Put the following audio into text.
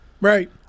Right